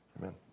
Amen